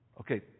Okay